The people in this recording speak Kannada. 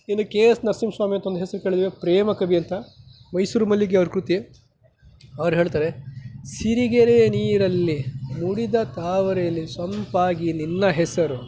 ಇನ್ನು ಕೆ ಎಸ್ ನರಸಿಂಹಸ್ವಾಮಿ ಅಂತ ಒಂದು ಹೆಸರು ಕೇಳಿದ್ದೇವೆ ಪ್ರೇಮಕವಿ ಅಂತ ಮೈಸೂರು ಮಲ್ಲಿಗೆ ಅವರ ಕೃತಿ ಅವರು ಹೇಳ್ತಾರೆ ಸಿರಿಗೆರೆಯ ನೀರಲ್ಲಿ ಮುಡಿದ ತಾವರೆಯಲ್ಲಿ ಸೊಂಪಾಗಿ ನಿನ್ನ ಹೆಸರು